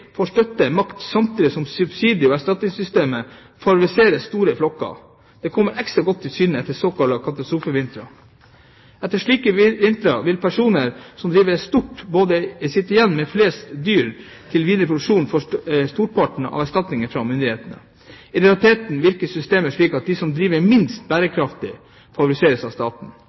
får større makt, samtidig som subsidie- og erstatningssystemet favoriserer store flokker. Dette kommer ekstra godt til syne etter såkalte katastrofevintre. Etter slike vintre vil personer som driver stort både sitte igjen med flest dyr til videre produksjon og få storparten av erstatningene fra myndighetene. – I realiteten virker systemet slik at de som driver minst bærekraftig favoriseres av staten.